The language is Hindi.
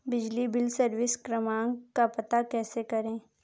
बिजली बिल सर्विस क्रमांक का पता कैसे करें?